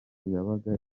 yabaga